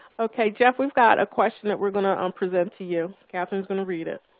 okay, jeff, we've got a question that we're going to um present to you. kathryn is going to read it.